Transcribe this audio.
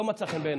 לא מצא חן בעיניי.